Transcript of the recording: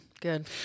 Good